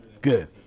Good